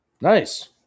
Nice